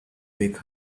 wake